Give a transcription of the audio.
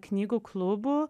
knygų klubų